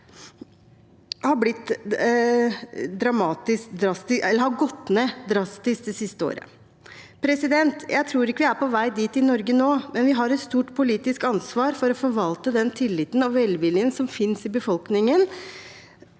har gått drastisk ned det siste året. Jeg tror ikke vi er på vei dit i Norge nå, men vi har et stort politisk ansvar for å forvalte den tilliten og velviljen som finnes i befolkningen